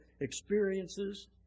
experiences